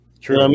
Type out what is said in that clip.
True